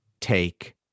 take